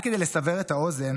רק כדי לסבר את האוזן,